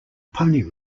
pony